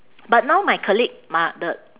but now my colleague m~ the